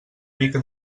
mica